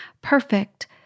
perfect